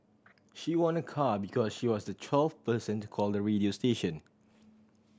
she won a car because she was the twelfth person to call the radio station